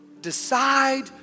decide